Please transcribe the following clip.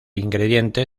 ingrediente